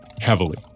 Heavily